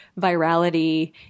virality